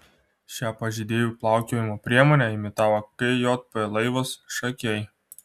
šią pažeidėjų plaukiojimo priemonę imitavo kjp laivas šakiai